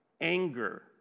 anger